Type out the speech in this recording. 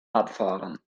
abfahren